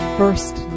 first